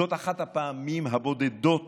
זאת אחת הפעמים הבודדות